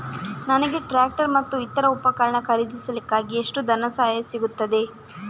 ನನಗೆ ಟ್ರ್ಯಾಕ್ಟರ್ ಮತ್ತು ಇತರ ಉಪಕರಣ ಖರೀದಿಸಲಿಕ್ಕೆ ಎಷ್ಟು ಧನಸಹಾಯ ಸಿಗುತ್ತದೆ?